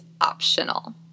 optional